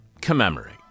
commemorate